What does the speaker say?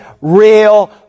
real